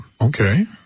Okay